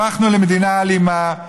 הפכנו למדינה אלימה.